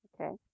Okay